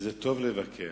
וזה טוב לבקר.